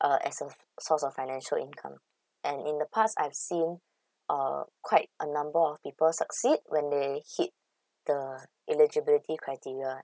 uh as a source of financial income and in the past I've seen um quite a number of people succeed when they hit the eligibility criteria